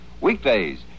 Weekdays